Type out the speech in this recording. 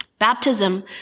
Baptism